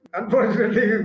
unfortunately